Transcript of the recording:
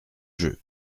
jeu